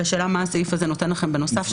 אז מה הסעיף הזה נותן לכם בנוסף?